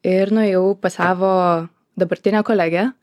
ir nuėjau pas savo dabartinę kolegę